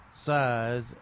size